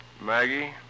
Maggie